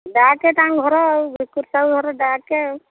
ଡାକେ ତାଙ୍କ ଘର ଆଉ ବିକୁର ସାହୁ ଘର ଡାକେ ଆଉ